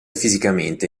fisicamente